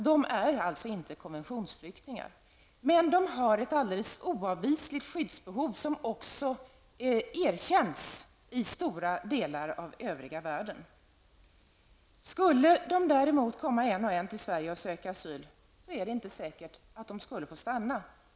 De är alltså inte konventionsflyktingar, men de har ett alldeles oavvisligt skyddsbehov som också erkänns i stora delar av övriga världen. Skulle de däremot komma en och en till Sverige och söka asyl är det inte säkert att de skulle få stanna.